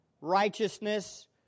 righteousness